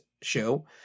show